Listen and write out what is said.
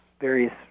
various